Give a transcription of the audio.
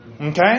Okay